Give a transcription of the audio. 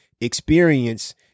experience